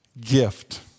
gift